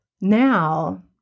Now